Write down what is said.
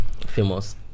Famous